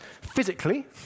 Physically